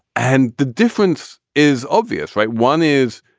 and the difference is obvious, right? one is